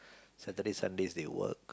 Saturdays Sundays they work